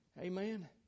Amen